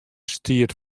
stiet